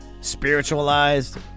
Spiritualized